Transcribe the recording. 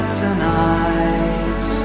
tonight